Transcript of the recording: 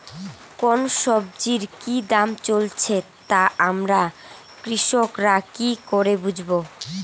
কোন সব্জির কি দাম চলছে তা আমরা কৃষক রা কি করে বুঝবো?